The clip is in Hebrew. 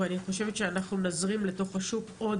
ואני חושבת שאנחנו נזרים לתוך השוק עוד